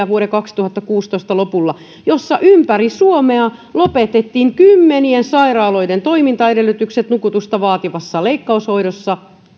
vuoden kaksituhattakuusitoista lopulla vaikeita päätöksiä joissa ympäri suomea lopetettiin kymmenien sairaaloiden toimintaedellytykset nukutusta vaativassa leikkaushoidossa